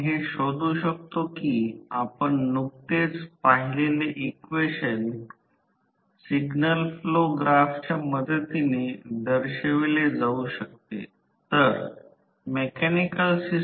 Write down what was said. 8 degree ampere आणि V 2 degree प्राप्त होईल आम्हाला हे माहित आहे की आम्ही समस्येचे निराकरण केले आहे